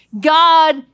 God